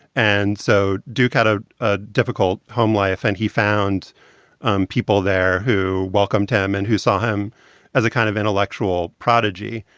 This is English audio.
and so duke had ah a difficult home life and he found people there who welcomed him and who saw him as a kind of intellectual prodigy.